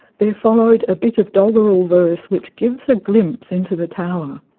there followed a bit of doggerel verse which gives a glimpse into the tower,